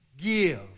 give